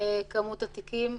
כמות התיקים,